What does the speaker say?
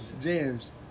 James